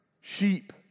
sheep